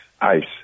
ice